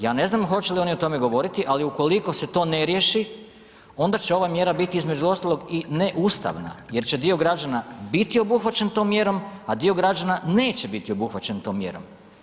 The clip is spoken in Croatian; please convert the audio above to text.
Ja ne znam hoće li oni o tome govoriti, ali ukoliko se to ne riješi onda će ova mjera biti između ostaloga i neustavna jer će dio građana biti obuhvaćen tom mjerom, a dio građana neće biti obuhvaćen tom mjerom.